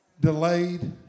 Delayed